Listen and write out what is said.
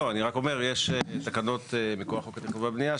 אני רק אומר שיש תקנות מכוח חוק התכנון והבנייה,